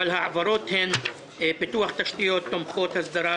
אבל ההעברות הן לפיתוח תשתיות תומכות הסדרה